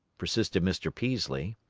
persisted mr. peaslee.